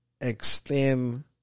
Extend